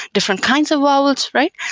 different kinds of vowels, right?